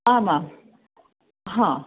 आमां हा